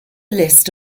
list